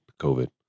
COVID